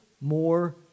more